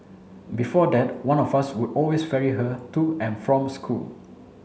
before that one of us would always ferry her to and from school